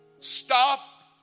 Stop